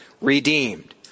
redeemed